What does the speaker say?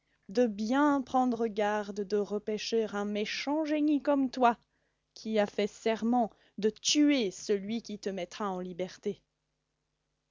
de bien prendre garde de repêcher un méchant génie comme toi qui as fait serment de tuer celui qui te mettra en liberté